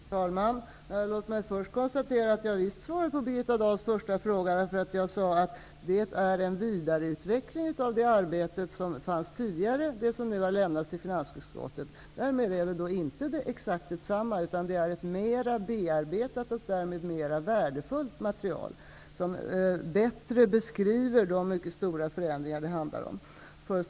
Herr talman! Låt mig först konstatera att jag visst svarade på Birgitta Dahls första fråga. Jag sade att det material som nu har lämnats till finansutskottet är en vidareutveckling av det arbete som fanns tidigare. Därmed är det inte exakt samma utan ett mer bearbetat och därmed mera värdefullt material, som bättre beskriver de mycket stora förändringar som det handlar om.